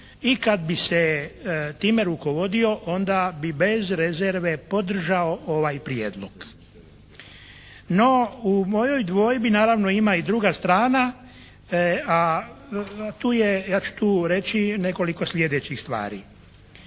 I kad bi se time rukovodio onda bi bez rezerve podržao ovaj prijedlog. No u mojoj dvojbi naravno ima i druga strana, a tu je, ja ću tu reći nekoliko sljedećih stvari.